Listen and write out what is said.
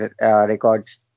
records